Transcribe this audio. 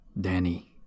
Danny